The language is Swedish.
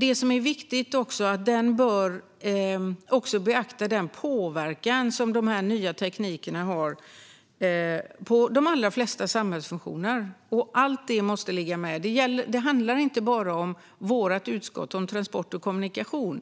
Det är viktigt att den beaktar den påverkan som de nya teknikerna har på de allra flesta samhällsfunktioner. Allt detta måste ligga med. Det handlar inte bara om vårt utskott, transport och kommunikation.